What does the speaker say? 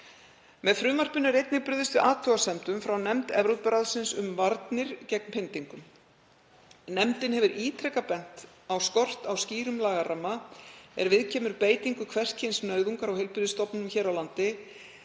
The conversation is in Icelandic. Með frumvarpinu er einnig brugðist við athugasemdum frá nefnd Evrópuráðsins um varnir gegn pyndingum. Nefndin hefur ítrekað bent á skort á skýrum lagaramma er viðkemur beitingu hvers kyns nauðungar á heilbrigðisstofnunum hér á landi,